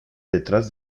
detrás